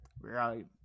Right